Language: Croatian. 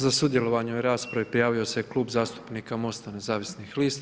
Za sudjelovanje u raspravi prijavio se Klub zastupnika MOST-a nezavisnih lista.